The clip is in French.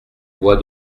bois